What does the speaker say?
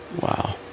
Wow